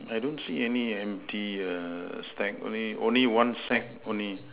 I don't see any empty err stack only only one sack only